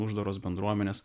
uždaros bendruomenės